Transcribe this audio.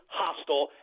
hostile